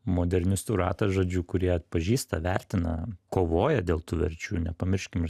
modernistų ratas žodžiu kurie atpažįsta vertina kovoja dėl tų verčių nepamirškim ir